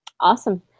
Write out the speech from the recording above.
Awesome